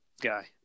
guy